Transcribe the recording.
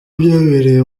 byabereye